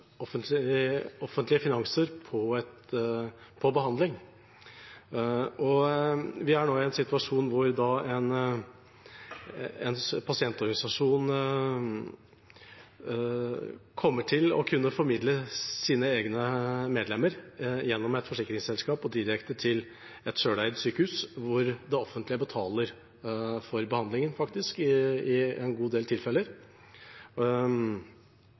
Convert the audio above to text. Vi er nå i en situasjon der en pasientorganisasjon kommer til å kunne formidle egne medlemmer gjennom et forsikringsselskap og direkte til et selveid sykehus hvor det offentlige faktisk i en god del tilfeller betaler for behandlingen. Det er i seg selv en